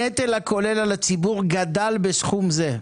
הנטל הכולל על הציבור גדל בסכום זה.